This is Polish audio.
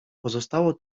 pozostało